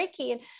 Reiki